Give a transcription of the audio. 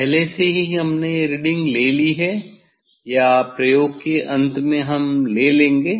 पहले से ही हमने यह रीडिंग ले ली है या प्रयोग के अंत में हम ले लेंगे